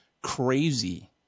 crazy